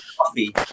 coffee